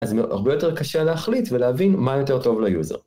אז זה יהיה הרבה יותר קשה להחליט ולהבין מה יותר טוב ליוזר